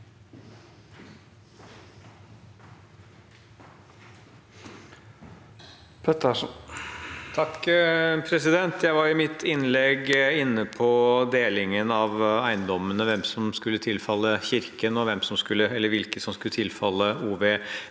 (H) Jeg var i mitt innlegg inne på delingen av eiendommene, hvilke som skulle tilfalle Kirken, og hvilke som skulle tilfalle OVF,